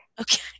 Okay